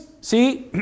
See